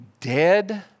dead